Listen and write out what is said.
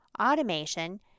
automation